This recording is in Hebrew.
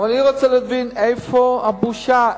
אני רוצה להבין, איפה הבושה?